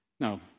No